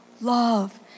love